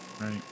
Right